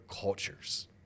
cultures